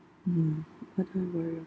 mm what I worry